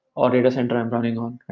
or data center i'm running on,